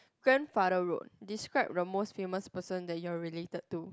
grandfather road this quite the most famous person that you are related to